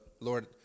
Lord